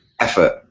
effort